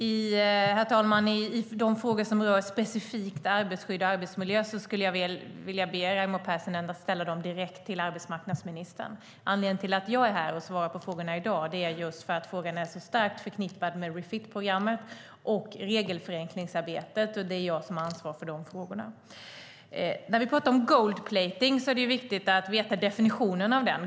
Herr talman! Jag skulle vilja be Raimo Pärssinen att ställa de frågor som specifikt rör arbetstagarskydd och arbetsmiljö direkt till arbetsmarknadsministern. Anledningen till att jag är här i dag och svarar på frågan är att den är starkt förknippad med Refit-programmet och regelförenklingsarbetet. Det är jag som har ansvar för de frågorna. När vi pratar om gold-plating är det viktigt att veta definitionen av det.